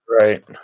Right